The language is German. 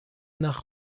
nach